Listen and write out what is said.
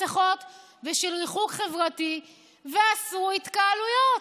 מסכות ושל ריחוק חברתי ואסרו התקהלויות.